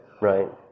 Right